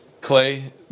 Clay